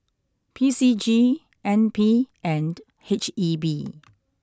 P C G N P and H E B